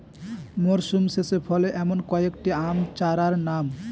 মরশুম শেষে ফলে এমন কয়েক টি আম চারার নাম?